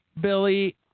Billy